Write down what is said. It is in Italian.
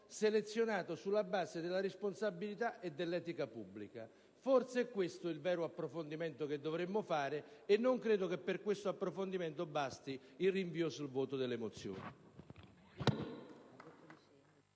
selezionato sulla base della responsabilità e dell'etica pubblica. Forse è questo il vero approfondimento che dovremmo fare e non credo che a tal fine possa bastare il rinvio del voto delle mozioni.